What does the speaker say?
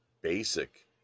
basic